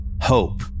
hope